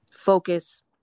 Focus